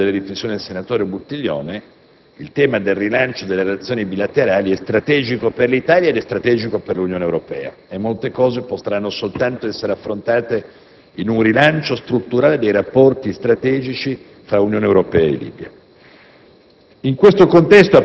Condivido molte delle riflessioni del senatore Buttiglione: il tema del rilancio delle relazioni bilaterali è strategico per l'Italia e per l'Unione Europea. Molte cose potranno essere affrontate soltanto in un rilancio strutturale dei rapporti strategici tra Unione Europea e Libia.